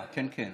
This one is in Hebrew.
כן, כן.